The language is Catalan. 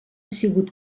sigut